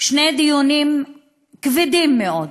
שני דיונים כבדים מאוד,